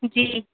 جی